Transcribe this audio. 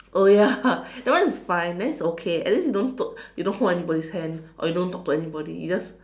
oh ya that one is fine that one is okay at least you don't you don't hold anybody's hand or you don't talk to anybody you just